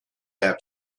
have